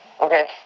Okay